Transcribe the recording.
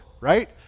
right